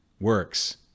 works